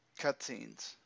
cutscenes